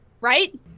right